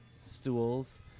stools